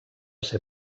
ser